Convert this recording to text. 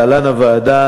להלן: הוועדה,